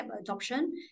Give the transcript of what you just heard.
adoption